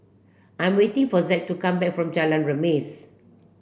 I am waiting for Zack to come back from Jalan Remis